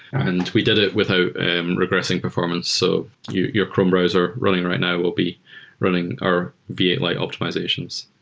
and we did it without regressing performance. so your your chrome browser running right now will be running our v eight lite optimizations.